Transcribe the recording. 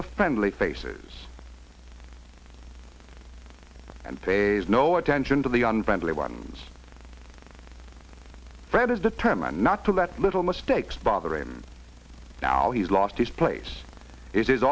the friendly faces and pays no attention to the unfriendly ones fred is determined not to let little mistakes bother him now he's lost his place is